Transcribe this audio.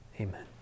Amen